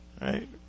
Right